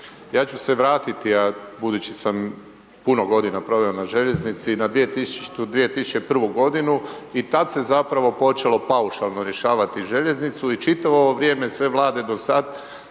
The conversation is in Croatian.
Ja ću se vratiti, a budući sam puno godina proveo na željeznici, na 2000., 2001. godinu i tad se zapravo počelo paušalno rješavati željeznicu i čitavo ovo vrijeme, sve vlade do sad